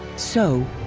so,